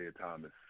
Thomas